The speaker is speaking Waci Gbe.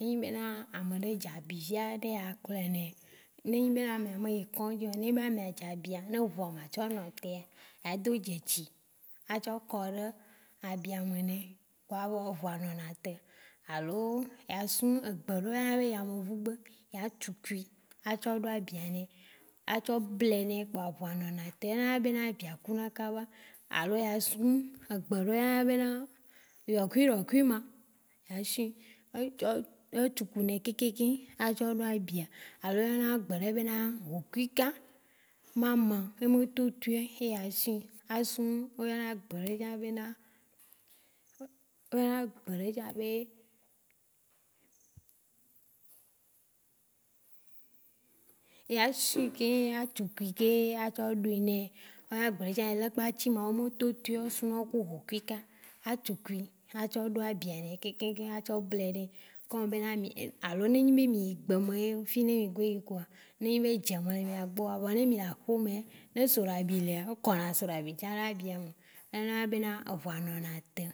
Ne enyi be na ame ɖe dza abi via be ya klɔɛ nɛ, ne enyi be na ame me yi kɔ̃dzio, ne enyi be amea dza abia ne eʋua ma tsɔ nɔtea, y do dze tsi, a tsɔ kɔɖe abia me ne kpɔa be eʋua nɔna te. Alo ya sɔ̃ egbe ɖe o yɔna be yevu gbe ya tsukui a tsɔ ɖo abia nɛ a tsɔ blɛ nɛ kpɔa eʋua nɔna te. E nana be na abia ku na kaba. Alo ya sɔ̃ egbe ɖe o yɔna be yɔkuiɖɔkui ma eshi, etsɔ-etsukunɛ keke a tsɔ ɖo abia alo oyɔna egbe ɖe be na ʋukuika. Ema ma yeo to tɔe eya suio. O yɔna egbe ɖe tsã be na o yɔna egbe ɖe tsã be ya sui ke ya tsukui ke a tsɔ ɖoe nɛ. O yɔna gbe ɖe tsã be kpatsima o me te toe o suna wo ku ʋukuika a tsukui a tsɔ ɖo abia nɛ kekeŋ a tsɔ blɛ nɛ. Comme be na alo ne enyi be mí yi gbe me ye yi ne mi gbe yi kpɔa, ne enyi be edze me le mia gbɔa, vɔa n mi le aƒe mea ne soɖabi lea ɔlo kɔna soɖabi tsã ɖe abia me. Ena na be na eʋua nɔna te.